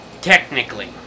Technically